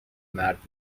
مرد